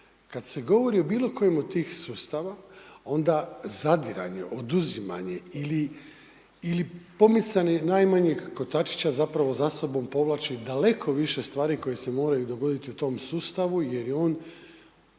Kada se govori o bilo kojem od tih sustava onda zadiranje, oduzimanje ili pomicanje najmanjeg kotačića zapravo za sobom povlači daleko više stvari koji se moraju dogoditi u tom sustavu jer je on